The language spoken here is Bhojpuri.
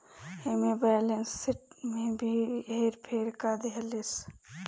एमे बैलेंस शिट में भी हेर फेर क देहल जाता